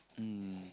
mm